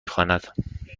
خواند